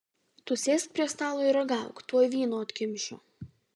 tu sėsk prie stalo ir ragauk tuoj vyno atkimšiu